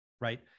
right